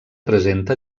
presenta